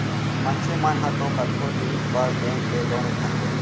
मनसे मन ह तो कतको जिनिस बर बेंक ले लोन उठाथे